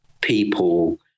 people